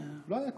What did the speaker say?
לא היה קורה,